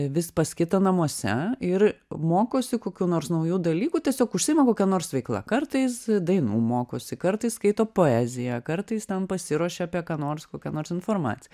vis pas kitą namuose ir mokosi kokių nors naujų dalykų tiesiog užsiima kokia nors veikla kartais dainų mokosi kartais skaito poeziją kartais ten pasiruošia apie ką nors kokią nors informaciją